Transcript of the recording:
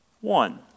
One